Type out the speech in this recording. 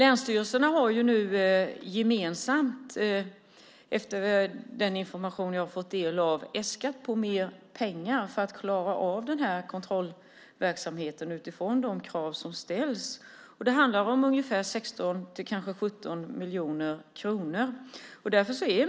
Enligt den information jag har fått del av har länsstyrelserna gemensamt äskat på mer pengar för att klara av kontrollverksamheten utifrån de krav som ställs. Det handlar om ungefär 16-17 miljoner kronor.